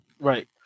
Right